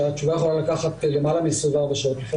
לפעמים התשובה אורכת למעלה מ-24 שעות,